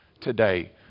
today